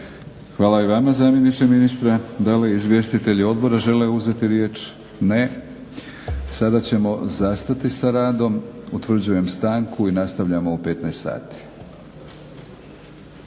Hvala i vama zamjeniče ministra. Da li izvjestitelji odbora žele uzeti riječ? Ne. Sada ćemo zastati sa radom. Utvrđujem stanku i nastavljamo u 15,00 sati.